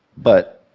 but,